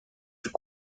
fut